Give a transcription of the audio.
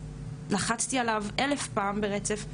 לחצתי עליו אלף פעם ברצף,